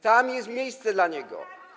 Tam jest miejsce dla niego.